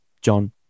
John